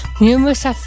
Numerous